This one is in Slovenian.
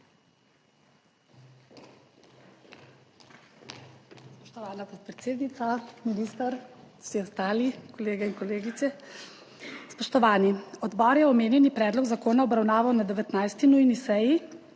Odbor je omenjeni predlog zakona obravnaval na 19. nujni seji